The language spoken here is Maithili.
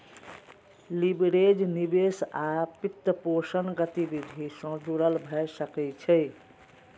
लीवरेज निवेश आ वित्तपोषण गतिविधि सं जुड़ल भए सकै छै